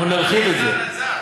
אנחנו נרחיב את זה.